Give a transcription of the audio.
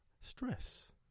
Stress